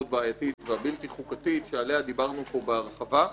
בעייתית והבלתי חוקתית שעליה דיברנו פה בהרחבה.